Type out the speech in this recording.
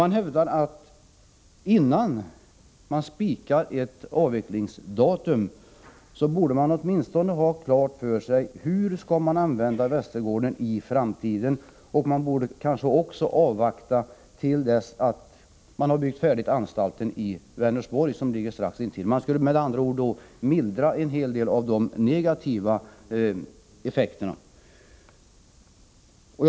Man hävdar att regeringeninnan — Mellerud den spikade ett avvecklingsdatum åtminstone borde ha haft klart för sig hur Västergården skall användas i framtiden. Regeringen borde kanske också avvakta till dess att man byggt färdigt anstalten i Vänersborg som ligger strax intill. På så sätt skulle en hel del av de negativa effekterna mildras.